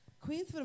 Queens